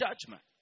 judgment